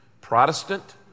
Protestant